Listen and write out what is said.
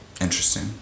interesting